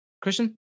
Christian